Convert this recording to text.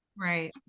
Right